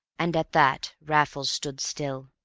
and at that raffles stood still,